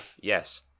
yes